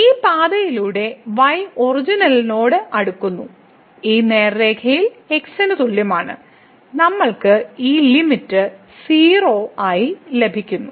ഈ പാതയിലൂടെ y ഒറിജിനോട് അടുക്കുന്ന ഈ നേർരേഖയിൽ x ന് തുല്യമാണ് നമ്മൾക്ക് ഈ ലിമിറ്റ് 0 ആയി ലഭിക്കുന്നു